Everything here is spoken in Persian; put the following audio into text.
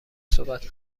صحبت